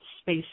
space